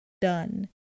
done